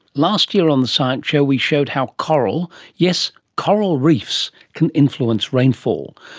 last year on the science show we showed how coral, yes coral reefs, can influence rainfall.